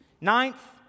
Ninth